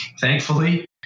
thankfully